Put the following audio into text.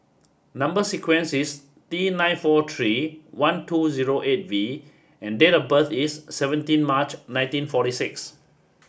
number sequence is T nine four three one two zero eight V and date of birth is seventeen March nineteen forty six